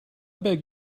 beg